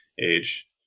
age